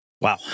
Wow